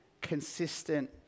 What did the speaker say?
consistent